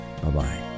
Bye-bye